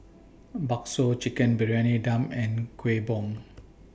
Bakso Chicken Briyani Dum and Kuih Bom